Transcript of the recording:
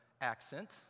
accent